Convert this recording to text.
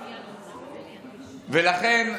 ולכן,